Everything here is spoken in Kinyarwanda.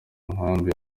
nkambi